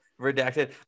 redacted